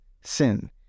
sin